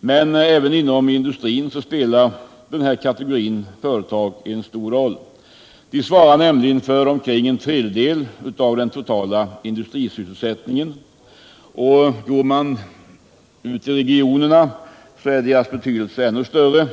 men också inom industrin spelar de en stor roll. De svarar nämligen för omkring en tredjedel av den totala industrisysselsättningen. Och regionalt är deras betydelse ännu större.